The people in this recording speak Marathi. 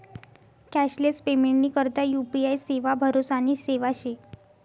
कॅशलेस पेमेंटनी करता यु.पी.आय सेवा भरोसानी सेवा शे